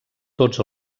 tots